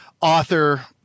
author